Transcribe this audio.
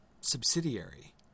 subsidiary